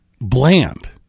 bland